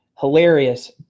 hilarious